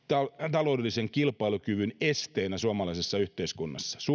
taloudellisen kilpailukyvyn esteenä suomalaisessa yhteiskunnassa